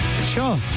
Sure